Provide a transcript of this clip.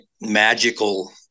magical